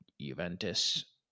Juventus